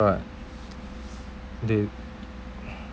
what the